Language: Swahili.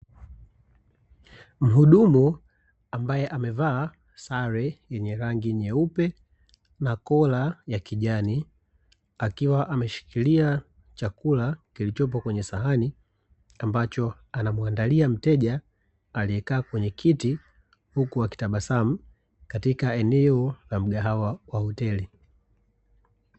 Mhudumu ambaye amevaa sare yenye rangi nyeupe na kola ya kijani, akiwa ameshikilia chakula kilichopo kwenye sahani ambacho anamuandalia mteja aliyekaa kwenye kiti, huku akitabasamu; katika eneo la mgahawa wa hoteli.